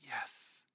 yes